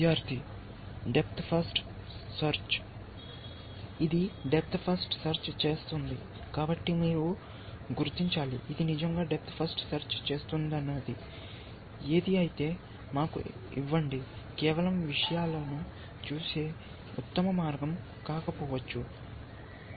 విద్యార్థి depth first శోధన ఇది డెప్త్ ఫస్ట్ సెర్చ్ చేస్తోంది కాబట్టి మీరు గుర్తించాలి ఇది నిజంగా డెప్త్ ఫస్ట్ సెర్చ్ చేస్తున్నది ఏది అయితే మాకు ఇవ్వండి కేవలం విషయాలను చూసే ఉత్తమ మార్గం కాకపోవచ్చు